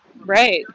Right